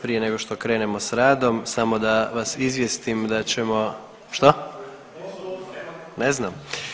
Prije nego što krenemo s radom samo da vas izvijestim da ćemo … [[Upadica iz klupe se ne razumije]] Što? … [[Upadica iz klupe se ne razumije]] Ne znam.